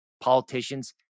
politicians